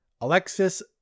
Alexis